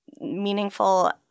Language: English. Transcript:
meaningful